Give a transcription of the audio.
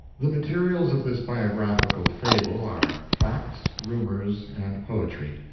the materials of this biographical fable are facts, rumors, and poetry.